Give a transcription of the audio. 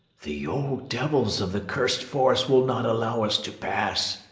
the old devils of the cursed forest will not allow us to pass,